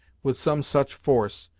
with some such force,